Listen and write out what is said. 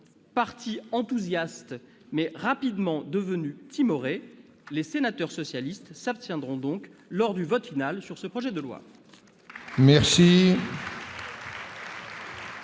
Partis enthousiastes, mais rapidement devenus timorés, les sénateurs socialistes s'abstiendront donc lors du vote final sur ce projet de loi.